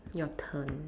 your turn